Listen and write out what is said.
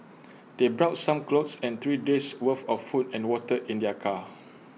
they brought some clothes and three days' worth of food and water in their car